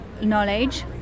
knowledge